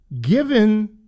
Given